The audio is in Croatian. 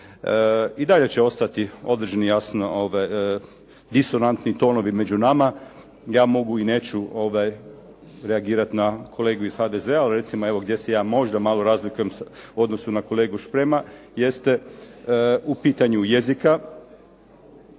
I dalje će ostati određene jasno disonantni tonovi među nama. Ja mogu i neću reagirati na kolegu iz HDZ-a. Ali recimo, evo gdje se ja možda malo razlikujem u odnosu na kolegu Šprema jeste u pitanju jezika